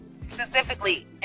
specifically